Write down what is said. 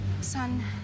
Son